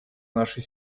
нашей